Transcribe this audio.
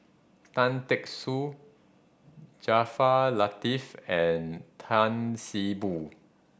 Tan Teck Soon Jaafar Latiff and Tan See Boo